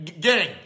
Gang